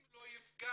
אם לא יפגע